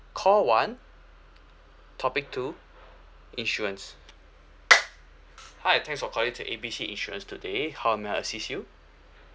call one topic two insurance hi thanks for calling to A B C insurance today how may I assist you